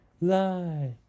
lie